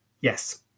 yes